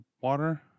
water